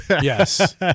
yes